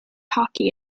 hockey